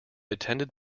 attended